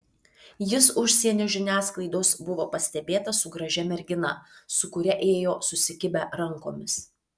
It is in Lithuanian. jis užsienio žiniasklaidos buvo pastebėtas su gražia mergina su kuria ėjo susikibę rankomis